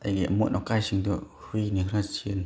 ꯑꯩꯒꯤ ꯑꯃꯣꯠ ꯑꯀꯥꯏꯁꯤꯡꯗꯣ ꯍꯨꯏꯅ ꯈꯔ ꯆꯦꯟ